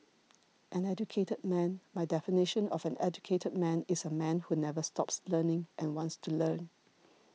an educated man my definition of an educated man is a man who never stops learning and wants to learn